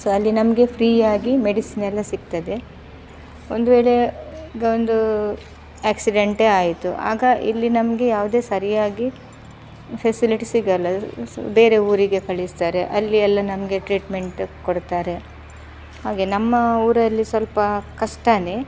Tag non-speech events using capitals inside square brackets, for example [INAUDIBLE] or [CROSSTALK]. so ಅಲ್ಲಿ ನಮಗೆ ಫ್ರೀಯಾಗಿ ಮೆಡಿಸಿನ್ ಎಲ್ಲ ಸಿಗ್ತದೆ ಒಂದು ವೇಳೇ ಈಗ ಒಂದು ಆಕ್ಸಿಡೆಂಟೇ ಆಯಿತು ಆಗ ಇಲ್ಲಿ ನಮಗೆ ಯಾವುದೇ ಸರಿಯಾಗಿ ಫೆಸಿಲಿಟಿ ಸಿಗೋಲ್ಲ [UNINTELLIGIBLE] ಬೇರೆ ಊರಿಗೆ ಕಳಿಸ್ತಾರೆ ಅಲ್ಲಿ ಎಲ್ಲ ನಮಗೆ ಟ್ರೀಟ್ಮೆಂಟ್ ಕೊಡ್ತಾರೆ ಹಾಗೆ ನಮ್ಮ ಊರಲ್ಲಿ ಸ್ವಲ್ಪ ಕಷ್ಟಾನೇ